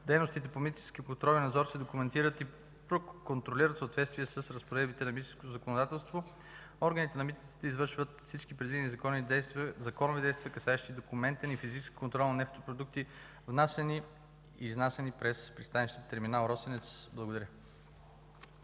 Дейностите по митническия контрол и надзор се документират и проконтролират в съответствие с разпоредбите на митническото законодателство. Органите на митниците извършват всички предвидени законни действия, касаещи документен и физически контрол на нефтопродукти, внасяни и изнасяни през пристанищен терминал „Росенец”. Благодаря.